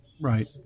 Right